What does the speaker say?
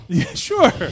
Sure